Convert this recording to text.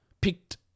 Picked